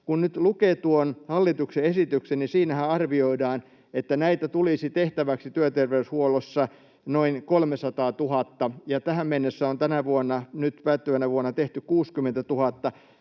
Kun nyt lukee tuon hallituksen esityksen, niin siinähän arvioidaan, että näitä tulisi tehtäväksi työterveyshuollossa noin 300 000 ja tähän mennessä on tänä vuonna, nyt päättyvänä vuonna, tehty 60 000.